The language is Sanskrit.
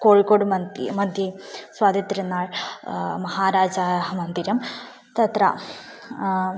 कोळ्कोड् मध्ये मध्ये स्वाति त्रिन्नाळ् महाराजा मन्दिरं तत्र